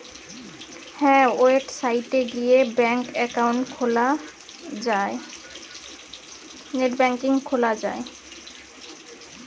website গিয়ে bank account খুললে net banking করা যায়